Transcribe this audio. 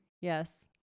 Yes